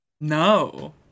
No